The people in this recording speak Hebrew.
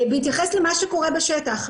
בהתייחס למה שקורה בשטח.